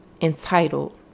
entitled